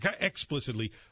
explicitly